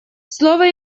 слово